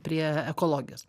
prie ekologijos